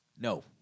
No